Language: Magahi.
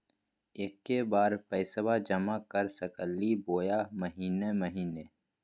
एके बार पैस्बा जमा कर सकली बोया महीने महीने?